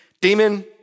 demon